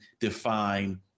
define